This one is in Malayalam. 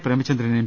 പ്രേമചന്ദ്രൻ എം